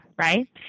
right